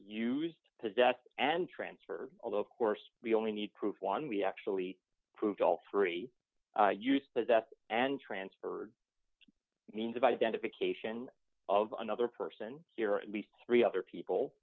possess and transfer although of course we only need proof one we actually proved all three use the death and transferred means of identification of another person here or at least three other people